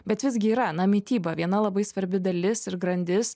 bet visgi yra na mityba viena labai svarbi dalis ir grandis